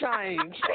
change